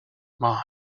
mind